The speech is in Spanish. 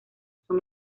son